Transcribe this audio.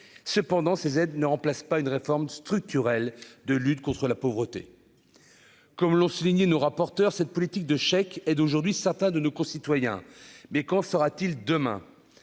cependant, ces aides ne remplace pas une réforme structurelle de lutte contre la pauvreté, comme l'ont souligné nos rapporteurs cette politique de chèques et d'aujourd'hui, certains de nos concitoyens, mais qu'en sera-t-il demain,